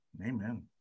amen